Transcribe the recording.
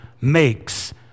makes